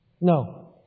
No